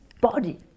body